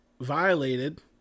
violated